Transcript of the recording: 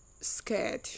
scared